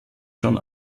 schon